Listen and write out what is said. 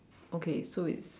okay so it's